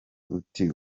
uti